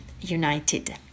united